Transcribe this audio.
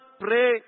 pray